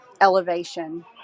elevation